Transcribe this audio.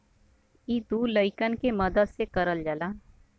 इ दू लड़कन के मदद से करल जाला